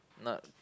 not